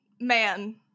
man